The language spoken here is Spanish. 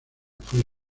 fue